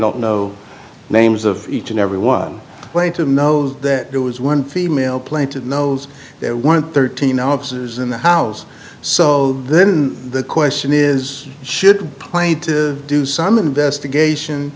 the names of each and every one way to know that there was one female planted knows that one thirteen ounces in the house so then the question is should play to do some investigation